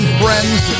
friends